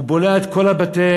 הוא בולע את כל המכולות.